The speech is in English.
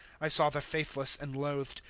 i saw the faithless and loathed,